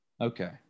Okay